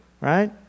right